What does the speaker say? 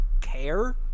care